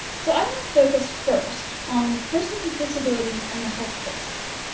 so i'm going to focus first on persons with disabilities and the health care system,